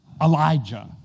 Elijah